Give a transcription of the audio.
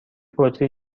بطری